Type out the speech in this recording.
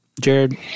Jared